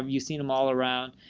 um you've seen them all around,